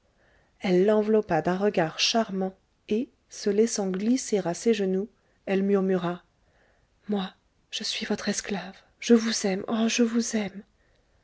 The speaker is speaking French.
elle l'enveloppa d'un regard charmant et se laissant glisser à ses genoux elle murmura moi je suis votre esclave je vous aime oh je vous aime